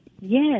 Yes